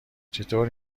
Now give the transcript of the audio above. چطور